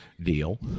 deal